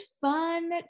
fun